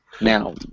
Now